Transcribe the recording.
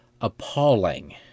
appalling